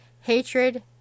Hatred